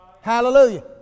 Hallelujah